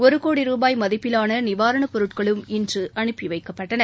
ஒரு கோடி ரூபாய் மதிப்பிலான நிவாரணப் பொருட்களும் இன்று அனுப்பி வைக்கப்பட்டன